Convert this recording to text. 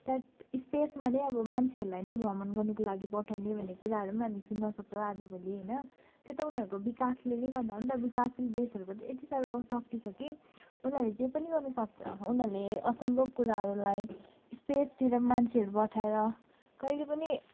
सायद स्पेसमा नै अब मान्छेहरूलाई नै भ्रमण गर्नुको लागि पठाउने भन्ने कुराहरू हामी सुन्न सक्छौँ आज भोलि होइन त्यो त उनीहरूको विकासले नै गर्दा हो नि त विकासशील देशहरूको त यति साह्रो शक्ति छ कि उनीहरूले जे पनि गर्नु सक्छ उनीहरूले असम्भव कुराहरूलाई स्पेसतिर मान्छेहरू पठाएर कहिले पनि